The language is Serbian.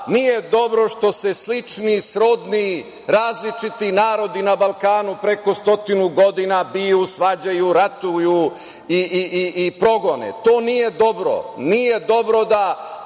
nije dobro što se slični, srodni, različiti narodi na Balkanu preko stotinu godina biju, svađaju, ratuju i progone. To nije dobro. Nije dobro da